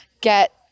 get